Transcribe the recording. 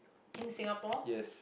in Singapore